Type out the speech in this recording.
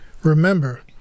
Remember